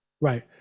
Right